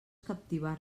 captivar